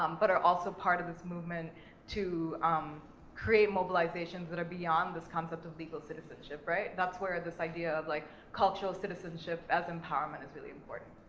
um but are also part of this movement to create mobilizations that are beyond this concept of legal citizenship, right? that's where this idea of like cultural citizenship as empowerment is really important.